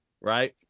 right